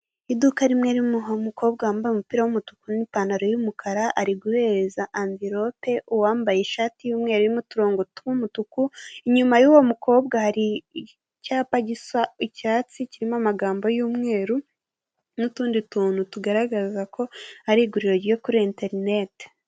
Inzu y'igorofa igeretse rimwe, isize irangi ry'umweru, ifite n'amabara y'ubururu, irimo imiryango ifite irangi ry'icyatsi ndetse hasi umuryango ukinguye, uhagazemo umuntu.